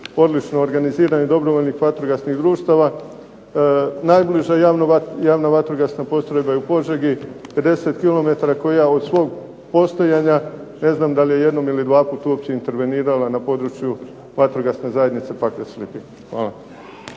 odlično organiziranih dobrovoljnih vatrogasnih društava. Najbliža javno vatrogasna postrojba je u Požegi, 50 km koja od svog postojanja ne znam da li je jednom ili dvaput uopće intervenirala na području Vatrogasne zajednice Pakrac-Lipik. Hvala.